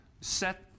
Set